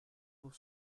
pour